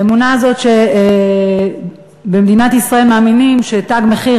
האמונה הזאת שבמדינת ישראל מאמינים ש"תג מחיר"